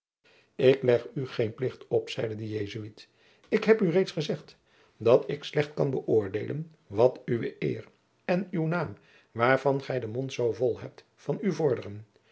ik leg u geen plicht op zeide de jesuit ik heb u reeds gezegd dat ik slecht kan bëoordeelen wat uwe eer en uw naam waarvan gij den mond zoo vol hebt van u vorderen